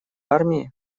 армии